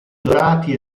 dorati